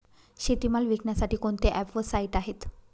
शेतीमाल विकण्यासाठी कोणते ॲप व साईट आहेत?